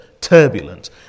turbulent